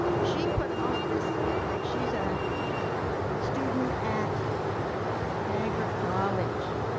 she put all of this together, and she's a student at niagara college,